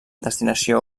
destinació